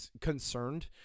concerned